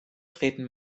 treten